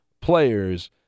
players